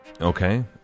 Okay